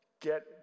Get